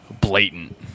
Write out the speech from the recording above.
blatant